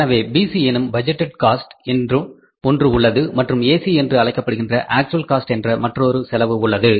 எனவே பிசி எனும் budgeted cost என்று ஒன்று உள்ளது மற்றும் ஏசி என்று அழைக்கப்படுகின்ற ஆக்ச்வல் காஸ்ட் என்ற மற்றொரு செலவு உள்ளது